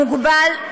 מוגבל,